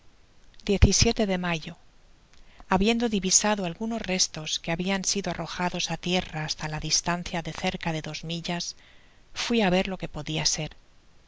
de mayo habiendo divisado algunos restos que habian sido arrojados á tierra hasta la distancia de cerca de des millas fui á ver lo que podia ser